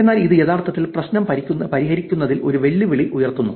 എന്നാൽ ഇത് യഥാർത്ഥത്തിൽ പ്രശ്നം പരിഹരിക്കുന്നതിൽ ഒരു വെല്ലുവിളി ഉയർത്തുന്നു